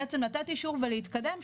בעצם לתת אישור ולהתקדם,